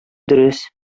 дөрес